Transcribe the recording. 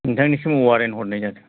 नोंथांनिसिम वारेन्ट हरनाय जादों